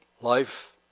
life